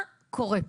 -- מה קורה פה?